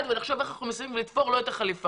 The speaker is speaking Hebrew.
ולחשוב איך אנחנו יכולים לתפור לו את החליפה.